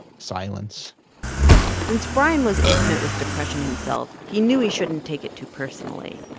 silence since brian was intimate with depression himself, he knew he shouldn't take it too personally.